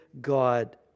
God